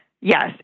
yes